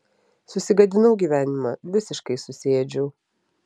susigadinau gyvenimą visiškai susiėdžiau